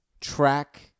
track